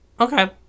okay